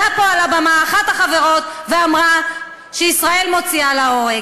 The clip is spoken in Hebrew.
פה על הבמה אחת החברות ואמרה שישראל מוציאה להורג.